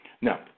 Now